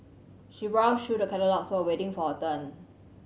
she browsed through the catalogues while waiting for her turn